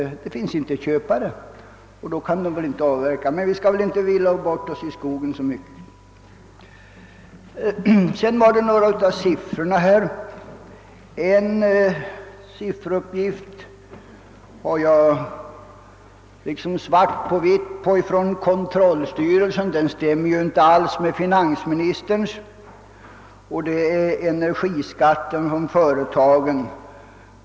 Det finns inte köpare, och då kan de väl inte avverka. Men vi skall väl inte villa bort oss alltför mycket i skogen! Beträffande en av de lämnade sifferuppgifterna har jag liksom svart på vitt från kontrollstyrelsen, vars uppgift inte alls stämmer med finansministerns — det gäller energiskatten från företagen.